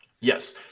Yes